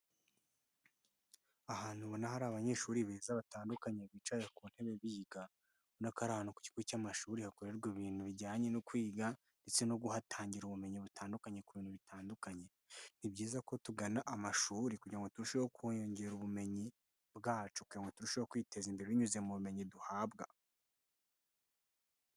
Ahantu ubona hari abanyeshuri beza batandukanye bicaye ku ntebe biga, ubona ko ari ahantu ku kigo cy'amashuri hakorerwa ibintu bijyanye no kwiga ndetse no kuhatangira ubumenyi butandukanye ku bintu bitandukanye. Ni byiza ko tugana amashuri kugira ngo turusheho kungera ubumenyi bwacu ngo turusheho kwiteza imbere binyuze mu bumenyi duhabwa.